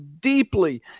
deeply